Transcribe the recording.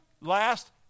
last